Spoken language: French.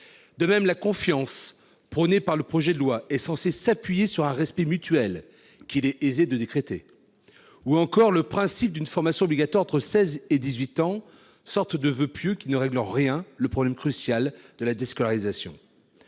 De même, la confiance prônée par le projet de loi est censée s'appuyer sur un respect mutuel, qu'il est aisé de décréter. Quant au principe d'une formation obligatoire entre 16 et 18 ans, c'est une sorte de voeu pieux, qui ne règle en rien le problème crucial de la déscolarisation.